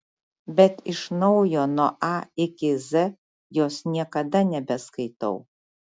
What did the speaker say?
bet iš naujo nuo a iki z jos niekada nebeskaitau